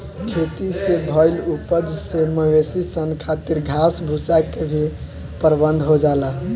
खेती से भईल उपज से मवेशी सन खातिर घास भूसा के भी प्रबंध हो जाला